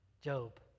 Job